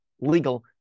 legal